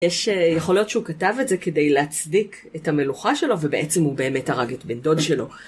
יש יכול להיות שהוא כתב את זה כדי להצדיק את המלוכה שלו, ובעצם הוא באמת הרג את בן דוד שלו.